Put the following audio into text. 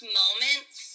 moments